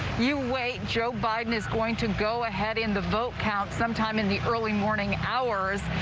you wait, joe biden is going to go ahead in the vote count sometime in the early morning hours.